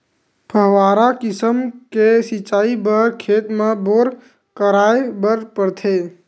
फव्हारा किसम के सिचई बर खेत म बोर कराए बर परथे